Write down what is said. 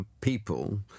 people